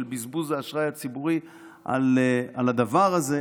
של בזבוז האשראי הציבורי על הדבר הזה.